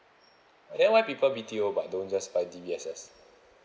then why people B_T_O but don't just buy D_B_S_S